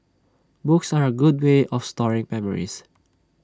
books are A good way of storing memories